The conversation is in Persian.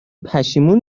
پشیمون